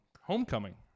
Homecoming